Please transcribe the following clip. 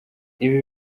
ibi